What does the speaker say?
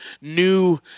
new